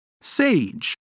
Sage